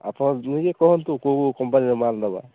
ଆପଣ ନିଜେ କୁହନ୍ତୁ କେଉଁ କେଉଁ କମ୍ପାନୀର ମାଲ ନେବା